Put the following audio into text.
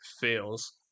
fails